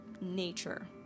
nature